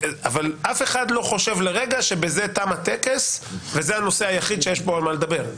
אף אחד לא חושב לרגע שבזה תם הטקס וזה הנושא היחיד שיש פה על מה לדבר.